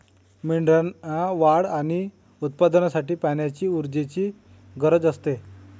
मेंढ्यांना वाढ आणि उत्पादनासाठी पाण्याची ऊर्जेची गरज असते